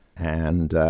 and